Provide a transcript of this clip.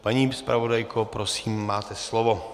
Paní zpravodajko, prosím, máte slovo.